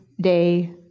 day